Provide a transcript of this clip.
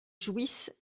jouissent